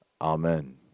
Amen